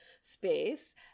space